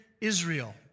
Israel